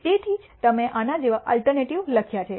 તેથી જ તમે આના જેવા અલ્ટરનેટિવ લખ્યા છે